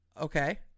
Okay